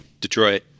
Detroit